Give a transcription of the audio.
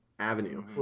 avenue